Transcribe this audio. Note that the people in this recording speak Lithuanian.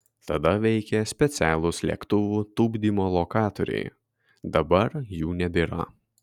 tada veikė specialūs lėktuvų tupdymo lokatoriai dabar jų nebėra